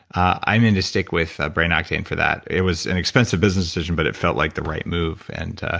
i'm in the stick with ah brain octane for that. it was an inexpensive business decision, but it felt like the right move, and ah